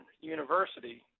University